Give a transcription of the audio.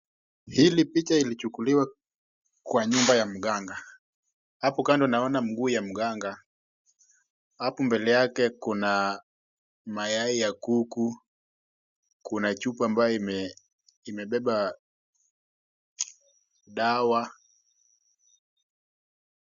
Hii picha ilichukuliwa kwa nyumba ya mganga. Hapo kando naona mguu ya mganga, hapo mbele yake kuna mayai ya kuku, kuna chupa ambayo imebeba dawa...